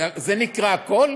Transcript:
זה נקרא "הכול"?